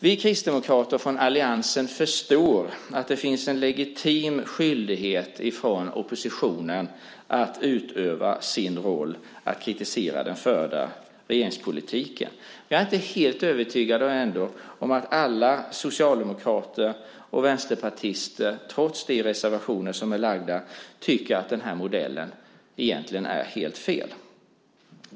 Vi kristdemokrater från alliansen förstår att det finns en legitim skyldighet från oppositionen att utöva sin roll att kritisera den förda regeringspolitiken. Men jag är inte helt övertygad om att alla socialdemokrater och vänsterpartister, trots de reservationer som är lagda, tycker att den här modellen är helt fel.